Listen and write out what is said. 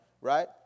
right